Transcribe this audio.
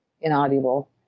inaudible